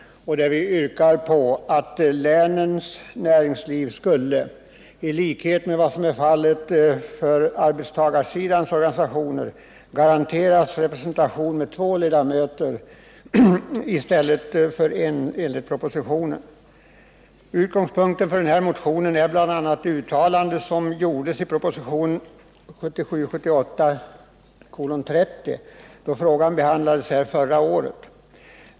Vi yrkar där att länens näringsliv i likhet med vad som är fallet för arbetstagarsidans organisationer skulle garanteras representation med två ledamöter i stället för med en såsom föreslagits i propositionen. Utgångspunkten för motionen är bl.a. det uttalande som gjordes i propositionen 1977/78:30 i anslutning till att frågan behandlades av riksdagen förra året.